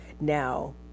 Now